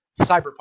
cyberpunk